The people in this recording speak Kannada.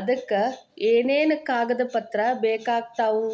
ಅದಕ ಏನೇನು ಕಾಗದ ಪತ್ರ ಬೇಕಾಗ್ತವು?